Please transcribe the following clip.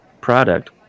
product